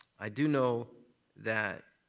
i do know that,